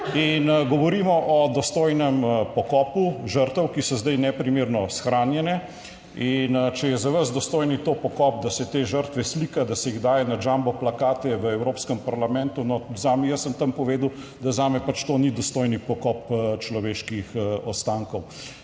In govorimo o dostojnem pokopu žrtev, ki so zdaj neprimerno shranjene. In če je za vas dostojni to pokop, da se te žrtve slika, da se jih daje na jambo plakate v Evropskem parlamentu, no zame, jaz sem tam povedal, da zame pač to ni dostojni pokop človeških ostankov.